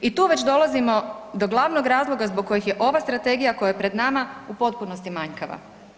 I tu već dolazimo do glavnog razloga zbog kojih je ova strategija koja je pred nama u potpunosti manjkava.